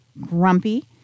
grumpy